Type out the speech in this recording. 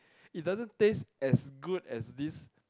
it doesn't taste as good as this